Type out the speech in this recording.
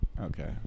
Okay